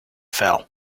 fell